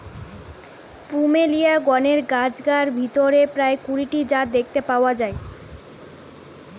plumeria গণের গাছগার ভিতরে প্রায় কুড়ি টি জাত দেখতে পাওয়া যায়